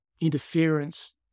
interference